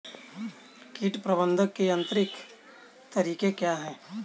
कीट प्रबंधक के यांत्रिक तरीके क्या हैं?